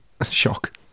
Shock